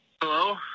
Hello